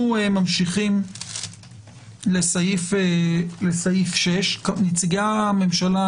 אנו ממשיכים לסעיף 6. נציגי הממשלה,